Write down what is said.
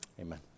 Amen